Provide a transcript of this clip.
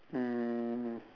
um